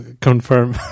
confirm